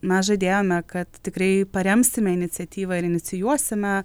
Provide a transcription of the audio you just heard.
mes žadėjome kad tikrai paremsime iniciatyvą ir inicijuosime